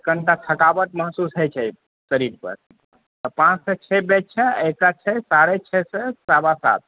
तऽ कनीटा थकावट महसूस होइ छै शरीर पर पाँच सँ छे बैच छै आ एकटा छै साढ़े छे सँ सवा सात